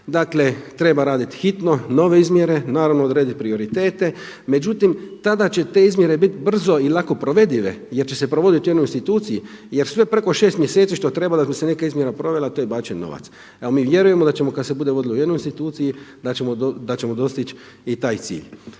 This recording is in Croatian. Dakle, treba raditi hitno nove izmjere. Naravno odrediti prioritete, međutim tada će te izmjere biti brzo i lako provedive jer će se provoditi u jednoj instituciji jer sve preko šest mjeseci što treba da bi se neka izmjena provela to je bačen novac. Evo mi vjerujemo da ćemo kada se bude vodilo u jednoj instituciji da ćemo dostići i taj cilj.